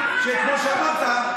שכמו שאמרת,